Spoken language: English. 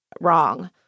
wrong